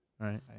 Right